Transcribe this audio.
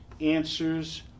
answers